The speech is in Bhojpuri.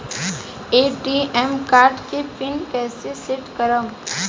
ए.टी.एम कार्ड के पिन कैसे सेट करम?